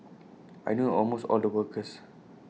I knew almost all the workers